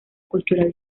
cultural